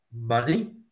money